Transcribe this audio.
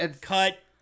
Cut